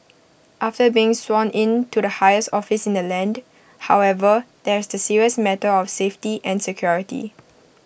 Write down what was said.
after being sworn in to the highest office in the land however there's the serious matter of safety and security